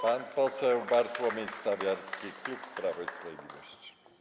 Pan poseł Bartłomiej Stawiarski, klub Prawo i Sprawiedliwość.